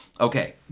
Okay